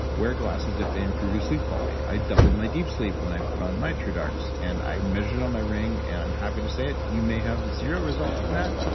wear glasses if they improve your sleep quality. i doubled my deep sleep when i put on my truedarks, and i measured it on my ring, and i'm happy to say it, you may have zero results from that,